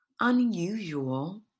unusual